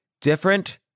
different